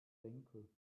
senkel